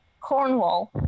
Cornwall